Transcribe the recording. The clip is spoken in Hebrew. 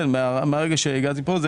כן, מרגע שהגעתי לכאן.